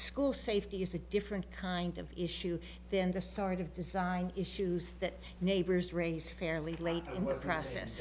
school safety is a different kind of issue then the sort of design issues that neighbors raise fairly late in the process